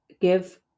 give